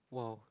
!wow!